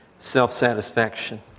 self-satisfaction